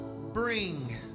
bring